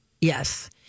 Yes